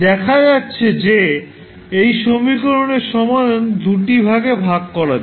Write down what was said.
দেখা যাচ্ছে যে এই সমীকরণের সমাধান দুটি ভাগে ভাগ করা যায়